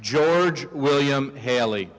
george william haley